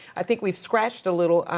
i think we've scratched a little.